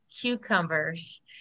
cucumbers